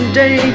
day